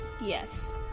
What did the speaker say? Yes